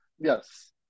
yes